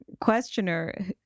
questioner